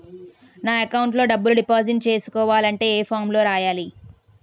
నా అకౌంట్ లో డబ్బులు డిపాజిట్ చేసుకోవాలంటే ఏ ఫామ్ లో రాయాలి?